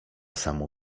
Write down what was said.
samo